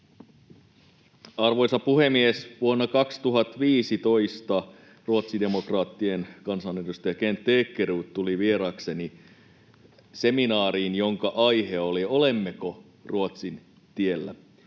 Arvoisa puhemies! Vuonna 2015 ruotsidemokraattien kansanedustaja Kent Ekeroth tuli vieraakseni seminaariin, jonka aihe oli, olemmeko Ruotsin tiellä.